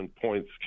points